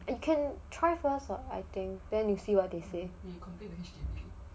you can find first what then see what can they do